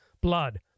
blood